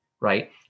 right